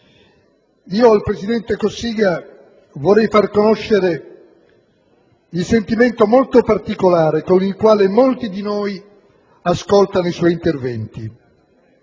al presidente Cossiga il sentimento molto particolare con il quale molti di noi ascoltano i suoi interventi.